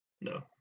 No